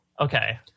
Okay